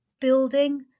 building